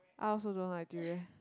I also don't like durian